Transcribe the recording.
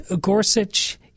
Gorsuch